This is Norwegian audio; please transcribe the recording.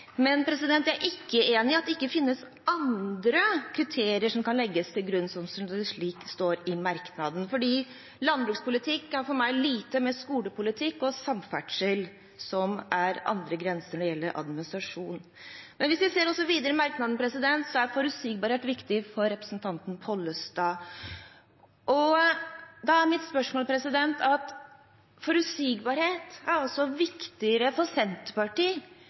men jeg er ikke enig i at det ikke finnes andre kriterier som kan legges til grunn, slik det står i merknaden, for landbrukspolitikk har for meg lite med skolepolitikk og samferdsel å gjøre, som har andre grenser når det gjelder administrasjon. Men hvis vi ser videre i merknaden, er «forutsigbarhet» viktig for representanten Pollestad. Forutsigbarhet er altså viktigere for Senterpartiet